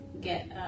get